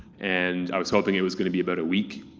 and i was hoping it was gonna be about a week.